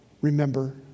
remember